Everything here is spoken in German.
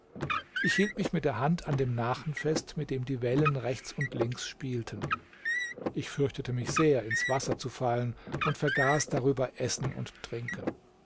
ich hielt mich mit der hand an dem nachen fest mit dem die wellen rechts und links spielten ich fürchtete mich sehr ins wasser zu fallen und vergaß darüber essen und trinken